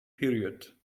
period